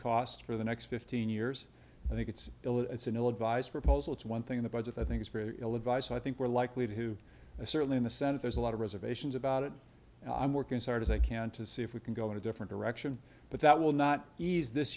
cost for the next fifteen years i think it's still it's an ill advised proposal it's one thing in the budget i think it's very ill advised so i think we're likely to who certainly in the senate there's a lot of reservations about it and i'm working as hard as i can to see if we can go in a different direction but that will not ease this